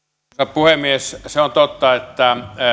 puhemies se on totta että